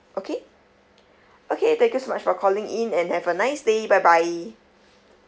okay okay thank you so much for calling in and have a nice day bye bye